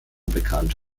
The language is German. bekannt